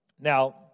Now